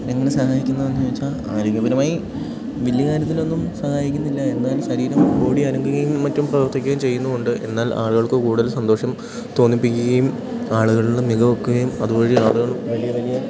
എങ്ങനെ സഹായിക്കുന്നു എന്നു ചോദിച്ചാൽ ആരോഗ്യപരമായി വലിയ കാര്യത്തിലൊന്നും സഹായിക്കുന്നില്ല എന്നാൽ ശരീരം ബോഡി അനങ്ങുകയും മറ്റും പ്രവർത്തിക്കുകയും ചെയ്യുന്നത് കൊണ്ട് എന്നാൽ ആളുകൾക്ക് കൂടുതൽ സന്തോഷം തോന്നിപ്പിക്കുകയും ആളുകളിലും മികവൊക്കുകയും അതുവഴി ആളുകളും വലിയ വലിയ